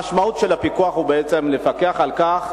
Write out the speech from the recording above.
המשמעות של הפיקוח היא בעצם לפקח על כך